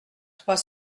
trois